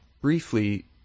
Briefly